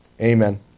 amen